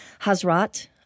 Hazrat